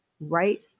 right